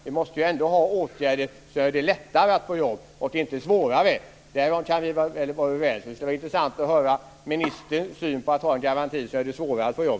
Vi måste ändå ha åtgärder som gör det lättare för människor att få jobb och inte svårare. Därom kan vi väl vara överens. Det skulle vara intressant att höra ministerns syn på att man har en garanti som gör det svårare att få jobb.